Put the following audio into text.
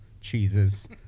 cheeses